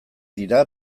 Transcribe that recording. dira